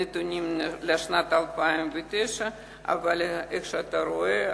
הנתונים לשנת 2009. אבל כפי שאתה רואה,